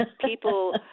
People